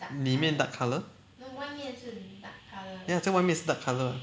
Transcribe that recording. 里面 dark colour ya 在外面是 dark colour